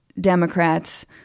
Democrats